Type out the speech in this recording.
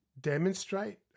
demonstrate